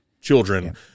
children